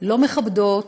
לא מכבדות,